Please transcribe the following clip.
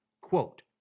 quote